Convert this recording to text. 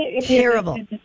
Terrible